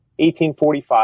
1845